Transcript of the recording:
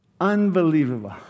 Unbelievable